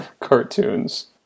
cartoons